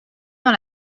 dans